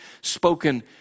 spoken